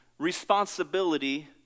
responsibility